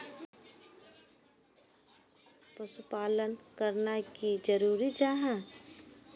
पशुपालन करना की जरूरी जाहा?